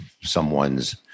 someone's